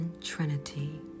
Trinity